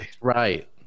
right